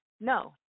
No